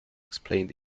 explained